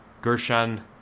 Gershon